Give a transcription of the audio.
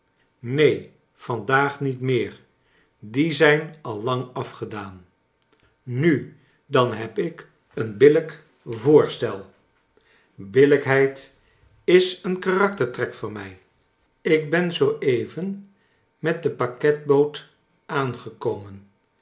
neen vandaag niet meer die zijn al lang afgedaan nu dan heb ik een billijk voorstel biilijkheid is een karaktertrek van mij ik ben zoo even met de pakketboot aangekomen